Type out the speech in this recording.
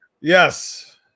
Yes